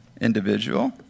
individual